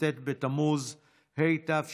כ"ט בתמוז התשפ"א,